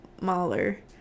Mahler